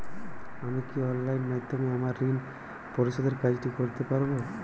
আমি কি অনলাইন মাধ্যমে আমার ঋণ পরিশোধের কাজটি করতে পারব?